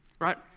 right